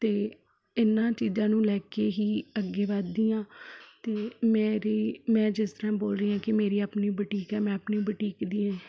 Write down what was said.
ਅਤੇ ਇਹਨਾਂ ਚੀਜ਼ਾਂ ਨੂੰ ਲੈ ਕੇ ਹੀ ਅੱਗੇ ਵੱਧਦੀ ਹਾਂ ਅਤੇ ਮੇਰੀ ਮੈਂ ਜਿਸ ਤਰ੍ਹਾਂ ਬੋਲ ਰਹੀ ਹਾਂ ਕਿ ਮੇਰੀ ਆਪਣੀ ਬੁਟੀਕ ਹੈ ਮੈਂ ਆਪਣੀ ਬੁਟੀਕ ਦੇ